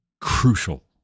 crucial